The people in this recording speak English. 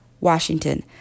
Washington